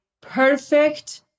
perfect